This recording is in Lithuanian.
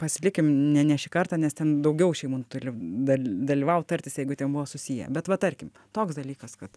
pasilikim ne ne šį kartą nes ten daugiau šeimų turi dalyvaut tartis jeigu ten buvo susiję bet va tarkim toks dalykas kad